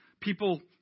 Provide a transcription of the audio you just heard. People